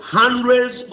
hundreds